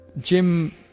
Jim-